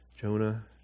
Jonah